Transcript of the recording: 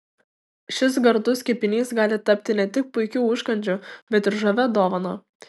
šis gardus kepinys gali tapti ne tik puikiu užkandžiu bet ir žavia dovana